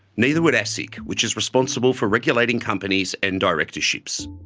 neither would asic, which is responsible for regulating companies and directorships.